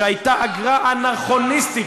שהייתה אגרה אנכרוניסטית,